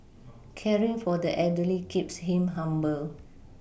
caring for the elderly keeps him humble